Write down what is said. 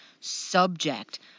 subject